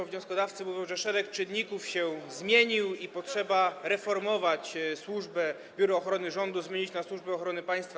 Wnioskodawcy mówią, że szereg czynników się zmieniło i trzeba reformować służbę, a Biuro Ochrony Rządu zmienić na Służbę Ochrony Państwa.